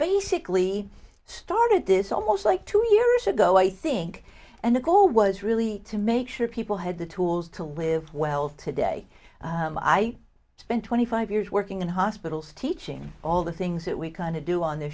basically started this almost like two years ago i think and the goal was really to make sure people had the tools to live well today i spent twenty five years working in hospitals teaching all the things that we're going to do on th